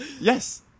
Yes